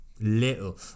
Little